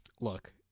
look